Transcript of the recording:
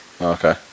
Okay